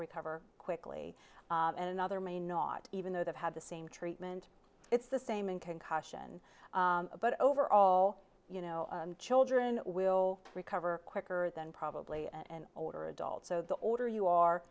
recover quickly and another may not even though they've had the same treatment it's the same in concussion but overall you know children will recover quicker than probably and older adults so the order you are